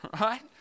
Right